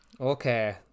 okay